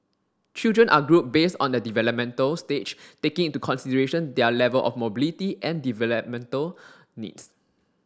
children are grouped based on their developmental stage taking into consideration their level of mobility and developmental needs